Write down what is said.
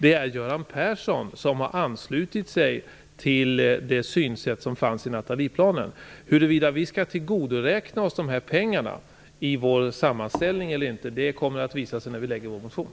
Det är alltså Göran Persson som har anslutit sig till det synsätt som fanns i Nathalieplanen. Huruvida vi skall tillgodoräkna oss dessa pengar i vår sammanställning eller inte kommer att visa sig när vi väcker vår motion.